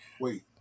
Wait